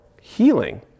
healing